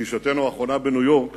בפגישתנו האחרונה בניו-יורק